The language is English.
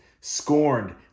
scorned